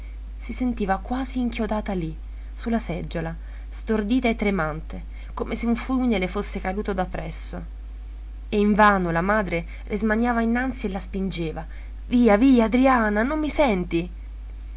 si sentiva quasi inchiodata lì su la seggiola stordita e tremante come se un fulmine le fosse caduto da presso e invano la madre le smaniava innanzi e la spingeva via via adriana non mi senti